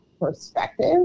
perspective